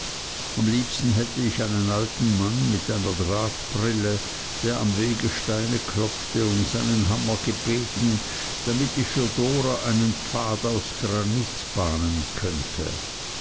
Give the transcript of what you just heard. am liebsten hätte ich einen alten mann mit einer drahtbrille der am wege steine klopfte um seinen hammer gebeten damit ich für dora einen pfad aus granit bahnen könnte